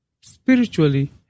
Spiritually